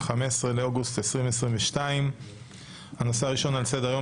15 באוגוסט 2022. הנושא הראשון שעל סדר-היום: